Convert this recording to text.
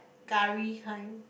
curry kind